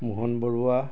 Mohan Barua